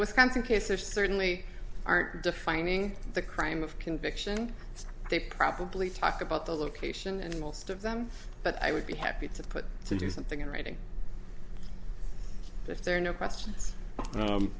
wisconsin case are certainly aren't defining the crime of conviction they probably talk about the location and most of them but i would be happy to put to do something in writing if there are no question